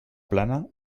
plana